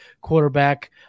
quarterback